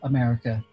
America